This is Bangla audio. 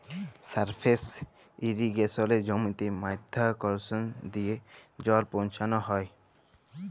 সারফেস ইরিগেসলে জমিতে মধ্যাকরসল দিয়ে জল পৌঁছাল হ্যয়